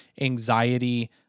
anxiety